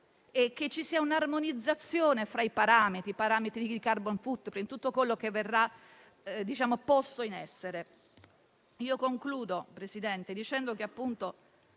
che ci sia una armonizzazione fra i parametri del *carbon footprint* e tutto quello che verrà posto in essere. Concludo, Presidente, dicendo che noi